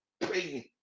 praying